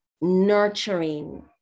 nurturing